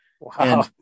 wow